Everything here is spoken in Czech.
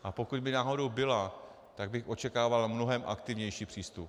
A pokud by náhodou byla, tak bych očekával mnohem aktivnější přístup.